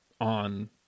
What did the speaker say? on